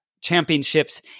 championships